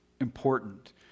important